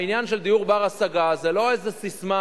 העניין של דיור בר-השגה זה לא איזו ססמה,